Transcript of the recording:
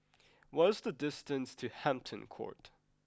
what's the distance to Hampton Court